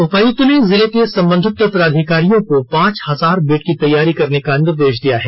उपायुक्त ने जिले के संबंधित पदाधिकारियों को पांच हजार बेड की तैयारी करने का निर्देश दिया है